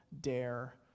dare